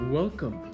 Welcome